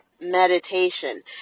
meditation